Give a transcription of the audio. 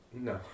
No